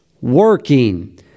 working